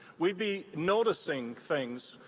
we'd be noticing things.